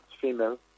female